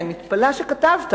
אני מתפלאת שכתבת.